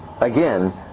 again